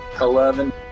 Eleven